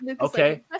okay